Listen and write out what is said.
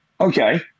okay